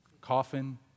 Coffin